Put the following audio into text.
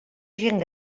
gent